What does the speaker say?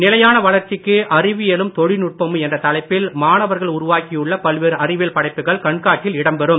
நிலையான வளர்ச்சிக்கு அறிவியலும் தொழில்நுட்பமும் என்ற தலைப்பில் மாணவர்கள் உருவாக்கியுள்ள பல்வேறு அறிவியல் படைப்புகள் கண்காட்சியில் இடம்பெறும்